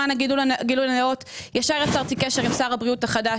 למען הגילוי הנאות: ישר יצרתי קשר עם שר הבריאות החדש,